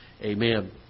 Amen